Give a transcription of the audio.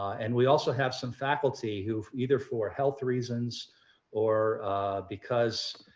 and we also have some faculty who either for health reasons or because